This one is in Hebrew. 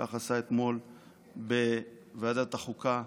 כך עשה אתמול בוועדת החוקה.